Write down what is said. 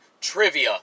trivia